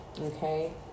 Okay